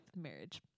marriage